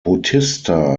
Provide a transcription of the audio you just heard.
bautista